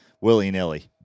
willy-nilly